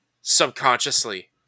Subconsciously